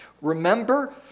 Remember